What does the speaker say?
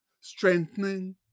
strengthening